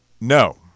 No